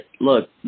look